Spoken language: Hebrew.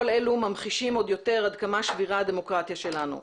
כל אלו ממחישים עוד יותר עד כמה שבירה הדמוקרטיה שלנו.